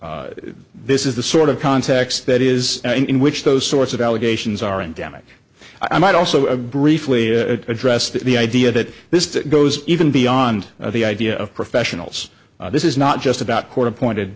this is the sort of context that is in which those sorts of allegations are in damage i might also a briefly address that the idea that this goes even beyond the idea of professionals this is not just about court appointed